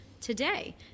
today